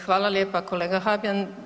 Hvala lijepa kolega Habijan.